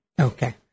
Okay